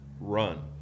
run